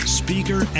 speaker